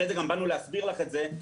אחרי זה גם באנו להסביר לך את זה.